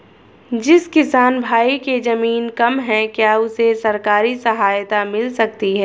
जिस किसान भाई के ज़मीन कम है क्या उसे सरकारी सहायता मिल सकती है?